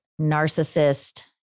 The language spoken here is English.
narcissist